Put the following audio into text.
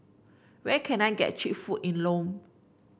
where can I get cheap food in Lome